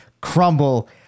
crumble